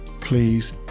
please